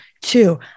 Two